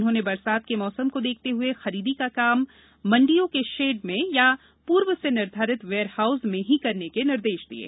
उन्होंने बरसात के मौसम को देखते हुए खरीदी का कार्य मंडियों के शेड में और पूर्व से निर्धारित वेयरहाउस में ही करने के निर्देश दिये